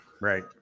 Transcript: Right